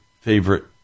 favorite